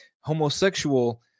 homosexual